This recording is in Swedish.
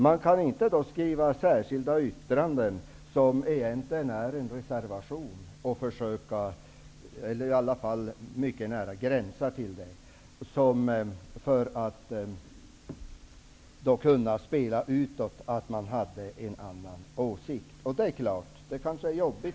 Man kan då inte avge särskilda yttranden som egentligen utgör en reservation, eller i varje fall mycket nära gränsar till en reservation, för att utåt kunna spela att man har en annan åsikt.